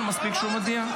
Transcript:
מספיק שהוא מודיע?